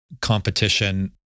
competition